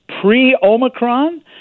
pre-Omicron